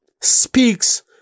speaks